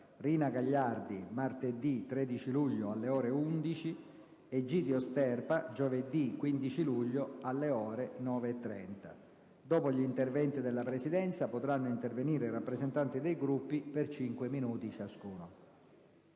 Rina Gagliardi, martedì 13 luglio alle ore 11; Egidio Sterpa, giovedì 15 luglio alle ore 9,30. Dopo gli interventi della Presidenza, potranno intervenire i rappresentanti dei Gruppi per 5 minuti ciascuno.